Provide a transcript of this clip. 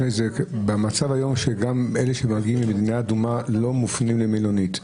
במצב היום שגם אלה שמגיעים ממדינה אדומה לא מופנים למלונית,